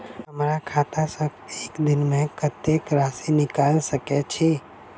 हमरा खाता सऽ एक दिन मे कतेक राशि निकाइल सकै छी